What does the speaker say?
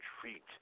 treat